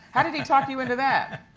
how did he talk you into that?